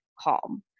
calm